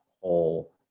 whole